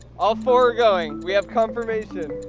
all four going we have confirmation